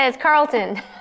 Carlton